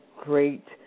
great